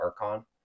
archon